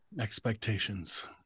Expectations